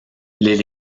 les